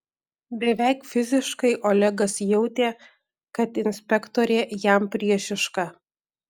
beveik fiziškai olegas jautė kad inspektorė jam priešiška